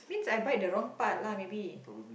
means I bite the wrong part lah maybe